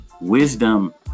wisdom